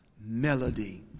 melody